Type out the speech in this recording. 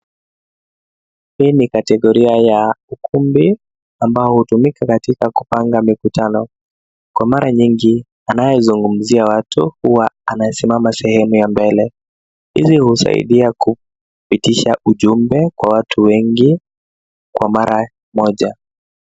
Hii ni kategoria ya ukumbi ambao hutumika katika kupanga mikutano kwa mara nyingi, anayezungumzia watu huwa anasimama sehemu ya mbele. Hizi husaidia kupitisha ujumbe kwa watu wengi kwa mara moja.